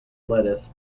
lettuce